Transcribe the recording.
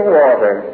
water